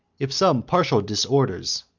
if some partial disorders,